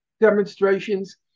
demonstrations